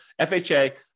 FHA